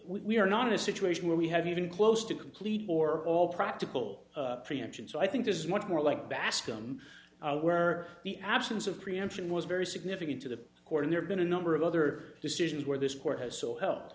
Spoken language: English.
we are not in a situation where we have even close to complete or all practical preemption so i think this is much more like bascom where the absence of preemption was very significant to the core and there have been a number of other decisions where this court has so he